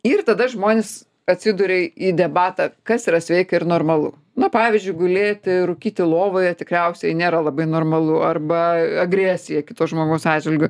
ir tada žmonės atsiduria debatą kas yra sveika ir normalu na pavyzdžiui gulėti rūkyti lovoje tikriausiai nėra labai normalu arba agresija kito žmogaus atžvilgiu